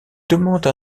demande